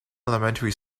elementary